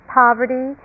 poverty